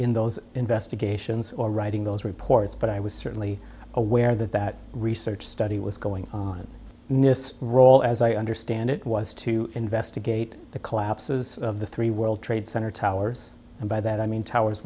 in those investigations or writing those reports but i was certainly aware that that research study was going on nist role as i understand it was to investigate the collapses of the three world trade center towers and by that i mean towers